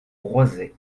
roisey